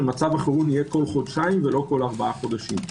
מצב החירום יהיה כל חודשיים ולא כל ארבעה חודשים.